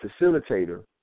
facilitator